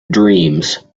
dreams